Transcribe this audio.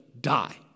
die